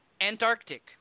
antarctic